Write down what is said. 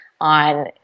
on